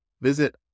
Visit